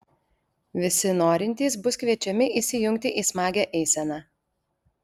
visi norintys bus kviečiami įsijungti į smagią eiseną